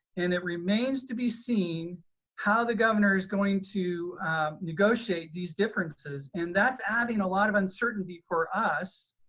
and it remains to be seen how the governor is going to negotiate these differences. and that's adding a lot of uncertainty for us.